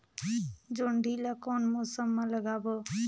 जोणी ला कोन मौसम मा लगाबो?